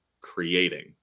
creating